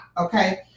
okay